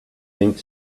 think